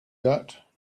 that